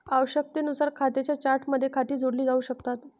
आवश्यकतेनुसार खात्यांच्या चार्टमध्ये खाती जोडली जाऊ शकतात